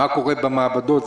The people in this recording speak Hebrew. מה קורה בתוך המעבדות,